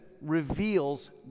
reveals